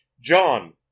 John